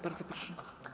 Bardzo proszę.